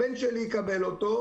הבן שלי יקבל אותו,